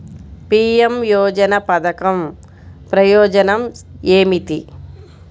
PM యోజన పధకం ప్రయోజనం ఏమితి?